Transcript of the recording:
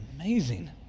amazing